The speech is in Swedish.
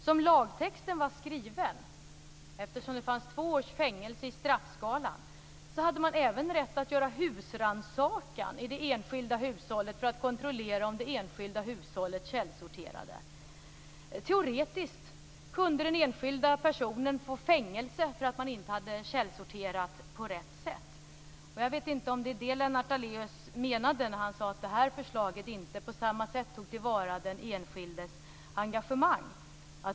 Som lagtexten var skriven, eftersom det fanns två års fängelse i straffskalan, hade man även rätt att göra husrannsakan i det enskilda hushållet för att kontrollera om det enskilda hushållet källsorterade. Teoretiskt kunde den enskilda personen få fängelse för att man inte hade källsorterat på rätt sätt. Jag vet inte om det var det Lennart Daléus menade när han sade att det här förslaget inte på samma sätt tar till vara den enskildes engagemang.